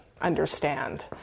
understand